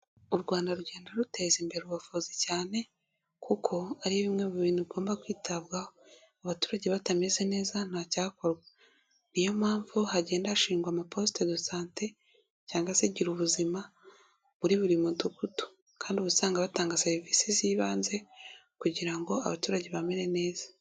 U Rwanda rugenda ruteza imbere ubuvuzi cyane kuko ari bimwe mu bintu ugomba kwitabwaho, abaturage batameze neza ntacyakorwa niyo mpamvu hagenda hashingwa amaposite do sante cyangwa se Gira ubuzima muri buri Mudugudu, kandi uba usanga batanga serivisi z'ibanze kugira ngo abaturage bamere neza.